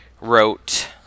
wrote